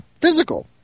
physical